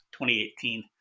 2018